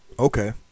okay